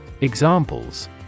Examples